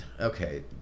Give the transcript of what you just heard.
Okay